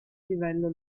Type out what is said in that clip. livello